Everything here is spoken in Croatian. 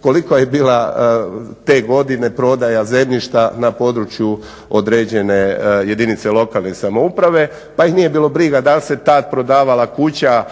koliko je bila te godine prodaja zemljišta na području određene jedinice lokalne samouprave. Pa ih nije bilo briga da li se tad prodavala kuća